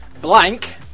Blank